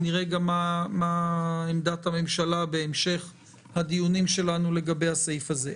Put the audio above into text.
נראה גם מה עמדת הממשלה בהמשך הדיונים שלנו לגבי הסעיף הזה.